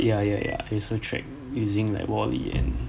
ya ya ya user track using like wally and